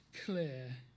clear